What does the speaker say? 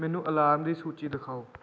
ਮੈਨੂੰ ਅਲਾਰਮ ਦੀ ਸੂਚੀ ਦਿਖਾਓ